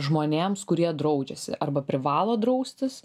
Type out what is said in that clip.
žmonėms kurie draudžiasi arba privalo draustis